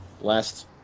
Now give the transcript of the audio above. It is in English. last